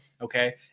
okay